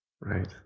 Right